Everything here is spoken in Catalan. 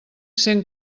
cent